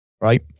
Right